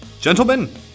Gentlemen